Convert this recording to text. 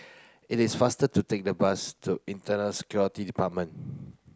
it is faster to take the bus to Internal Security Department